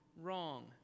wrong